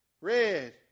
red